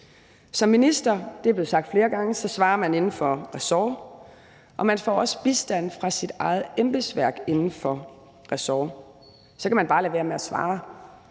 Som minister – det er blevet sagt flere gange – svarer man inden for ressort, og man får også bistand fra sit eget embedsværk inden for ressort. Så kan man bare lade være med at svare.